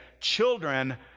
children